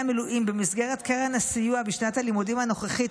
המילואים במסגרת קרן הסיוע בשנת הלימודים הנוכחית,